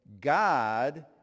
God